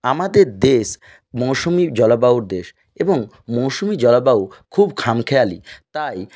আমাদের দেশ মৌসুমী জলবায়ুর দেশ এবং মৌসুমী জলবায়ু খুব খামখেয়ালি তাই